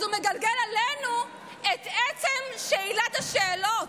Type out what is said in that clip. אז הוא מגלגל אלינו את עצם שאילת השאלות.